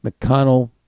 McConnell